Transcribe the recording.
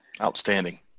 Outstanding